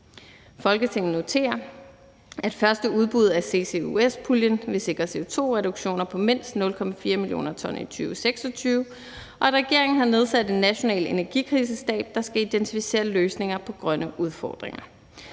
Folketinget noterer, at første udbud af CCUS-puljen vil sikre CO2-reduktioner på mindst 0,4 mio. t i 2026, og at regeringen har nedsat en national energikrisestab (NEKST), der skal identificere løsninger på grønne udfordringer.